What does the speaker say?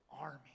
army